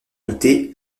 douter